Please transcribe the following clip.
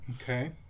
Okay